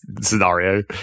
scenario